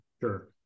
Sure